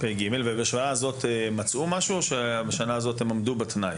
ובשנה הזאת מצאו משהו או שהם עמדו בתנאי?